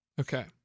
Okay